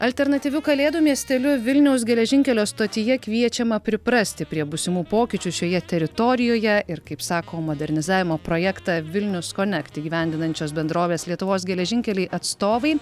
alternatyviu kalėdų miesteliu vilniaus geležinkelio stotyje kviečiama priprasti prie būsimų pokyčių šioje teritorijoje ir kaip sako modernizavimo projektą vilnius konekt įgyvendinančios bendrovės lietuvos geležinkeliai atstovai